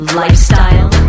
lifestyle